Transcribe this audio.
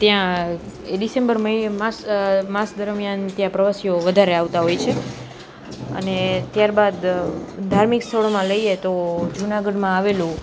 ત્યાં એ ડિસેમ્બર માસ માસ દરમિયાન ત્યાં પ્રવાસીઓ વધારે આવતા હોય છે અને ત્યારબાદ ધાર્મિક સ્થળોમાં લઈએ તો જુનાગઢમાં આવેલું